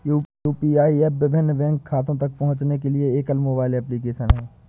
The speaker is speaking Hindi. यू.पी.आई एप विभिन्न बैंक खातों तक पहुँचने के लिए एकल मोबाइल एप्लिकेशन है